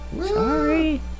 Sorry